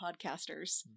podcasters